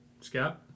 Scout